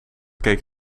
keek